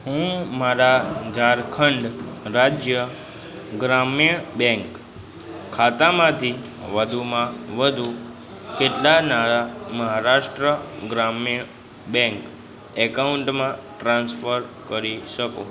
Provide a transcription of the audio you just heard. હું મારા ઝારખંડ રાજ્ય ગ્રામીણ બેંક ખાતામાંથી વધુમાં વધુ કેટલાં નાણા મહારાષ્ટ્ર ગ્રામીણ બેંક એકાઉન્ટમાં ટ્રાન્સફર કરી શકું